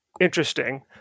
interesting